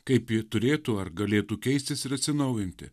kaip ji turėtų ar galėtų keistis ir atsinaujinti